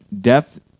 death